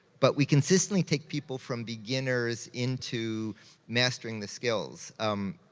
but we consistently take people from beginners into mastering the skills. um